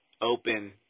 open